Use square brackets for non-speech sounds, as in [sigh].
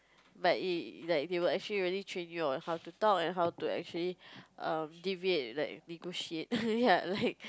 but it they will actually really train you on how to talk and how to actually um deviate like negotiate [laughs] err like